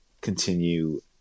continue